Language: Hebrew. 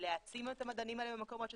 להעצים את המדענים האלה במקומות שצריך,